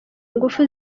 ingufu